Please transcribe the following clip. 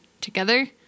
together